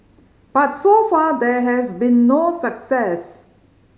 but so far there has been no success